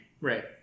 Right